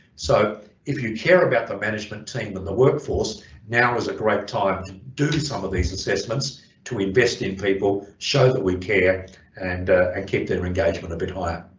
so if you care about the management team in the workforce now is a great time do some of these assessments to invest in people show that we care and and keep their engagement a bit higher.